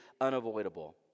unavoidable